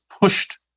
pushed